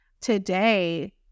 Today